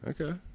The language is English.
Okay